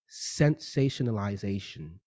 sensationalization